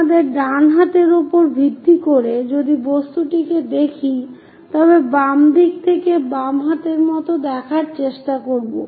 আমাদের ডান হাতের উপর ভিত্তি করে যদি বস্তুটিকে দেখি তবে বাম দিক থেকে বাম হাতের মতো দেখার চেষ্টা করবো